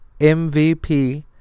MVP